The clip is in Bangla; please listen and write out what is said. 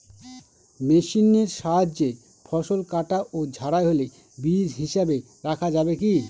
মেশিনের সাহায্যে ফসল কাটা ও ঝাড়াই হলে বীজ হিসাবে রাখা যাবে কি?